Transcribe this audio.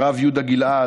הרב יהודה גלעד,